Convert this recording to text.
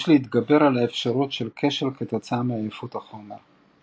יש להתגבר על האפשרות של כשל כתוצאה מעייפות החומר.